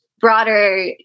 broader